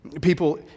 People